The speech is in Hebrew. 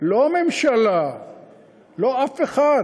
ולא הממשלה ולא אף אחד.